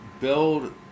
build